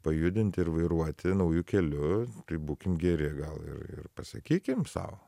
pajudinti ir vairuoti nauju keliu tai būkim geri gal ir ir pasakykim sau